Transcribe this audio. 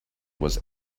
was